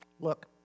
look